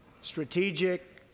strategic